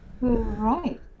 Right